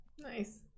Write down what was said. Nice